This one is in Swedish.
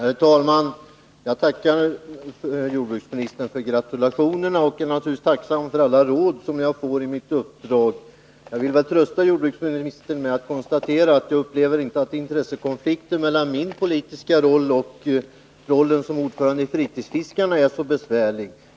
Herr talman! Jag tackar jordbruksministern för gratulationerna och är naturligtvis tacksam för alla råd som jag får i mitt uppdrag. Jag vill dock trösta jordbruksministern med att konstatera att jag inte upplever att intressekonflikten mellan min politiska roll och rollen som ordförande för fritidsfiskarna är så besvärlig.